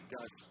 guys